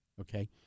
okay